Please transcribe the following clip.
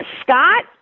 Scott